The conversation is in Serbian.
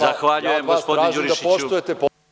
Zahvaljujem, gospodine Đurišiću.